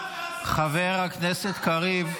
--- חבר הכנסת קריב.